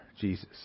Jesus